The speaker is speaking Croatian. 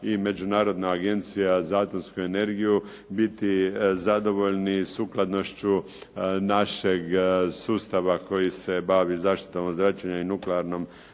i Međunarodna agencija za atomsku energiju biti zadovoljni sukladnošću našeg sustava koji se bavi zaštitom od zračenja i nuklearnom